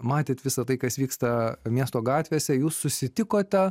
matėt visą tai kas vyksta miesto gatvėse jūs susitikote